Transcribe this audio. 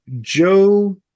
Joe